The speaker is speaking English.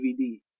DVD